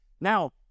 Now